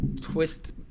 twist